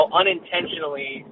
unintentionally